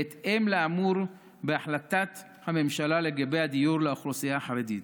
בהתאם לאמור בהחלטת הממשלה לגבי הדיור לאוכלוסייה החרדית.